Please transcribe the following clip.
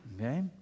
okay